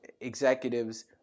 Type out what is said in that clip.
executives